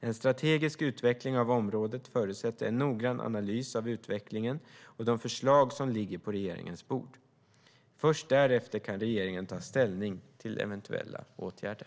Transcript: En strategisk utveckling av området förutsätter en noggrann analys av utvecklingen och de förslag som ligger på regeringens bord. Först därefter kan regeringen ta ställning till eventuella åtgärder.